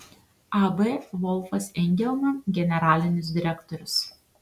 ab volfas engelman generalinis direktorius